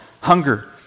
hunger